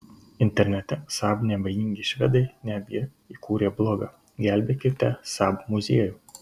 internete saab neabejingi švedai netgi įkūrė blogą gelbėkite saab muziejų